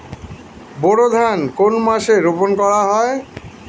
বোরো ধান কোন মাসে রোপণ করা হয়?